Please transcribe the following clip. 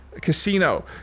Casino